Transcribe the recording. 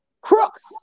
crooks